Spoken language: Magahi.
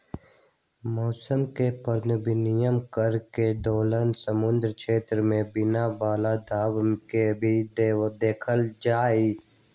मौसम के पूर्वानुमान करे के दौरान समुद्री क्षेत्र में बने वाला दबाव के भी देखल जाहई